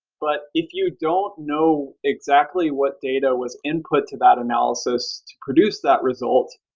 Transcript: but if you don't know exactly what data was input to that analysis to produce that result,